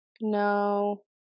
No